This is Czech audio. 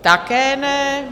Také ne.